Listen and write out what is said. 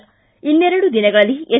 ಿ ಇನ್ನೆರಡು ದಿನಗಳಲ್ಲಿ ಎಸ್